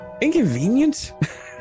inconvenient